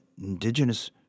indigenous